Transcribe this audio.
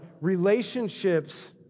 relationships